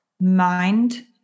mind